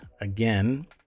again